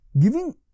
Giving